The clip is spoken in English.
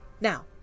Now